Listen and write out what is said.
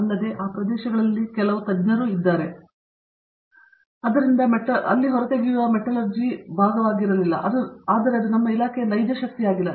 ಅಲ್ಲದೆ ಆ ಪ್ರದೇಶದಲ್ಲಿನ ಕೆಲವು ತಜ್ಞರು ಇದ್ದರೂ ಅದರಲ್ಲಿ ಹೊರತೆಗೆಯುವ ಮೆಟಲರ್ಜಿ ಭಾಗವಾಗಿಲ್ಲ ಆದರೆ ಅದು ನಮ್ಮ ಇಲಾಖೆಯ ನೈಜ ಶಕ್ತಿಯಾಗಿಲ್ಲ